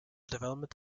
development